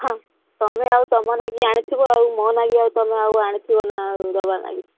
ହଁ ତୁମେ ଆଉ ତୁମ ଲାଗି ଆଣିଥିବ ଆଉ ମୋ ଲାଗି ଆଉ ତୁମେ ଆଉ ଆଣିଥିବ ନା ଆଉ ଦେବା ଲାଗି